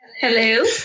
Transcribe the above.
Hello